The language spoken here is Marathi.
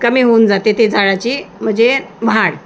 कमी होऊन जाते ते झाडाची म्हणजे वाढ